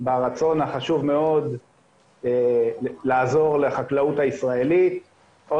ברצון החשוב מאוד לעזור לחקלאות הישראלית או